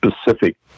specific